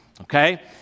okay